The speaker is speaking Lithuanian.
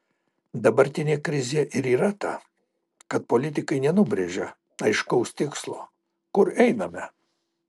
dabartinė krizė ir yra ta kad politikai nenubrėžia aiškaus tikslo kur einame